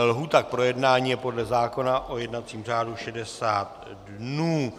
Lhůta k projednání je podle zákona o jednacím řádu 60 dnů.